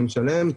אני משלם,